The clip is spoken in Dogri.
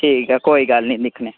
ठीक ऐ कोई गल्ल नेईं दिक्खने